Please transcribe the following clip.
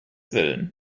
willen